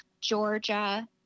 Georgia